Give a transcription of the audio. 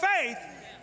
faith